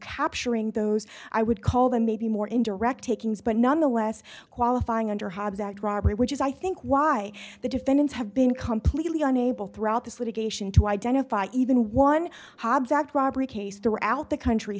capturing those i would call them may be more indirect takings but nonetheless qualifying under hobbs act robbery which is i think why the defendants have been completely unable throughout this litigation to identify even one object robbery case throughout the country